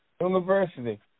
University